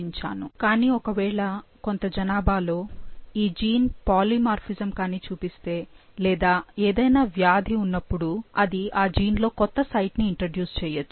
కానీ ఒకవేళ కొంత జనాభాలో ఈ జీన్ పాలిమార్ఫిజమ్ కానీ చూపిస్తే లేదా ఏదైనా వ్యాధి ఉన్నపుడు అది ఆ జీన్ లో కొత్త సైట్ ని ఇంట్రడ్యూస్ చేయొచ్చు